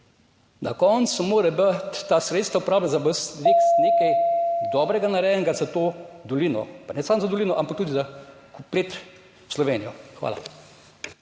Na koncu morajo biti ta sredstva uporabljena, da bo nekaj dobrega narejenega za to dolino, pa ne samo za dolino, ampak tudi za kompletno Slovenijo. Hvala.